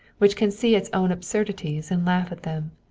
which can see its own absurdities and laugh at them.